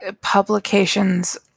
publications